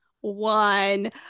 one